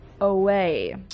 away